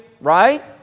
right